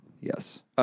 Yes